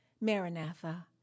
Maranatha